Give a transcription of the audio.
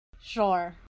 Sure